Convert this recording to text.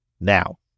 Now